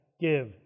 give